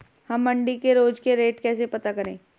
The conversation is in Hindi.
हम मंडी के रोज के रेट कैसे पता करें?